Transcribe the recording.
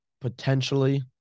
potentially